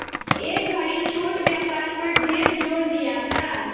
ए घड़ी छोट व्यापार पर ढेर जोर दियाता